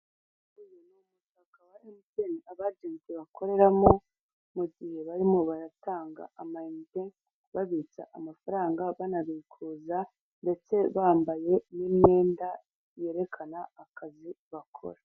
Umutaka wa emutiyene abajenti bokoreramo mugihe barimo baratanga amayinite, babitsa amafaranga banabikuza ndetse bambaye n'imyenda yerekana akazi bakora.